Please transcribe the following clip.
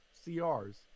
CRs